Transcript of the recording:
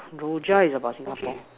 Rojak is about Singapore